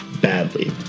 badly